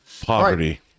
Poverty